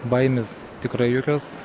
baimės tikrai jokios